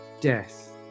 death